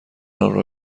آنرا